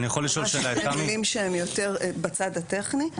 שתי מילים שהן יותר בצד הטכני.